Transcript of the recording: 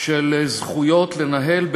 של זכויות לנהל במשותף,